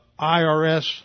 IRS